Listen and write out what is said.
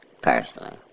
personally